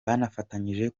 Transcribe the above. bafatanyije